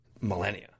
millennia